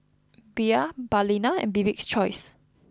Bia Balina and Bibik's choice